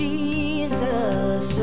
Jesus